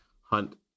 hunt